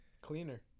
cleaner